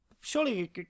Surely